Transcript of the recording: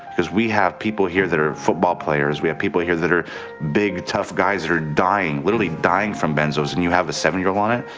cause we have people here that are football players, we have people here that are big, tough guys that are dying, literally dying, from benzos and you have a seven year old on it?